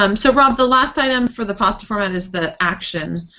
um so, robb, the last item for the pasta format is the action.